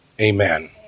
Amen